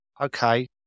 okay